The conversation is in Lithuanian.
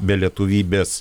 be lietuvybės